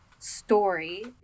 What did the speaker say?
story